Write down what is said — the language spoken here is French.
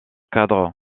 cadre